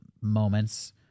moments